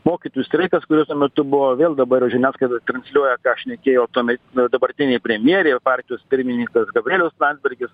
mokytojų streikas kuris tuo metu buvo vėl dabar žiniasklaida transliuoja ką šnekėjo tuomet dabartinė premjerė ir partijos pirmininkas gabrielius landsbergis